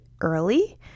early